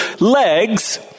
legs